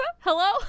hello